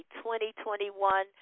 2021